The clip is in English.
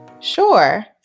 sure